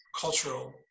cultural